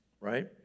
right